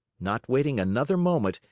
not waiting another moment,